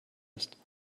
ist